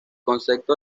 concepto